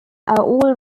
all